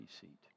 seat